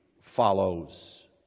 follows